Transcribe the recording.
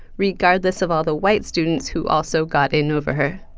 regardless of all the white students who also got in over her.